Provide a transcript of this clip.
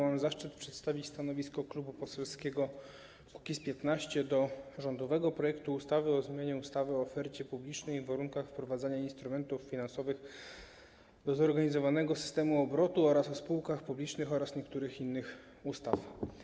Mam zaszczyt przedstawić stanowisko Klubu Poselskiego Kukiz’15 wobec rządowego projektu ustawy o zmianie ustawy o ofercie publicznej i warunkach wprowadzania instrumentów finansowych do zorganizowanego systemu obrotu oraz o spółkach publicznych oraz niektórych innych ustaw.